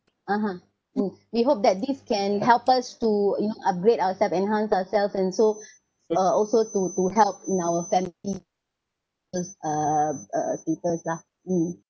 (uh huh) mm we hope that this can help us to you know upgrade ourselves enhance ourselves and so uh also to to help in our family cause uh people lah mm